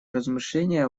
размышление